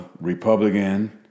Republican